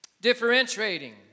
differentiating